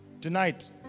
Tonight